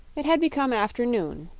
it had become afternoon,